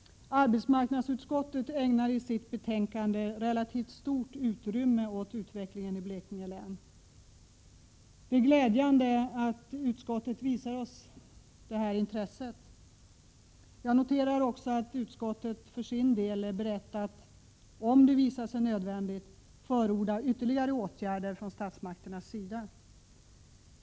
Arbetsmarknadsutskottet ägnar i sitt betänkande relativt stort utrymme åt utvecklingen i Blekinge län. Det är glädjande att utskottet visar detta intresse. Jag noterar också att utskottet för sin del är berett att, om det visar sig nödvändigt, förorda ytterligare åtgärder från statsmakternas sida.